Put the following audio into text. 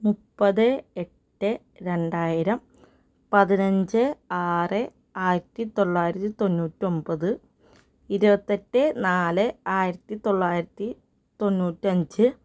മുപ്പത് എട്ട് രണ്ടായിരം പതിനഞ്ച് ആറ് ആയിരത്തി തൊള്ളായിരത്തി തൊണ്ണൂറ്റൊൻപത് ഇരുപത്തെട്ട് നാല് ആയിരത്തി തൊള്ളായിരത്തി തൊണ്ണൂറ്റഞ്ച്